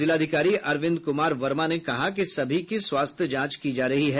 जिलाधिकारी अरविंद कुमार वर्मा ने कहा कि सभी की स्वास्थ्य जांच की जा रही है